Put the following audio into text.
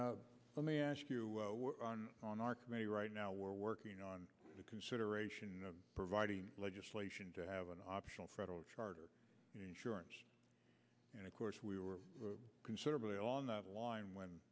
let me ask you on our committee right now we're working on the consideration of providing legislation to have an optional federal charter insurance and of course we were considerably on the line when